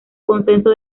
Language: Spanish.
consenso